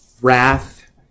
wrath